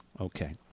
Okay